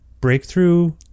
breakthrough